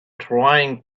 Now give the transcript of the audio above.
trying